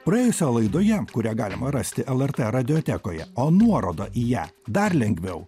praėjusioje laidoje kurią galima rasti lrt radiotekoje o nuorodą į ją dar lengviau